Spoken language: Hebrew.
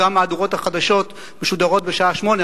גם מהדורות החדשות משודרות בשעה 20:00,